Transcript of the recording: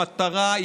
המטרה,